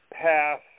pass